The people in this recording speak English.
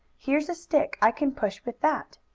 here's a stick, i can push with that.